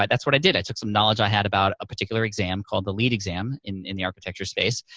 but that's what i did. i took some knowledge i had about a particular exam called the leed exam in the architecture space,